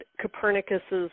Copernicus's